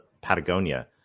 Patagonia